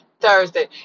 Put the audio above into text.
Thursday